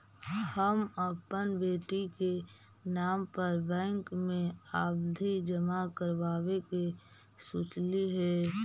हम अपन बेटी के नाम पर बैंक में आवधि जमा करावावे के सोचली हे